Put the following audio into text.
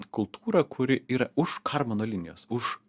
kultūrą kuri yra už karmano linijos už